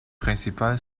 principal